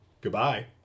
goodbye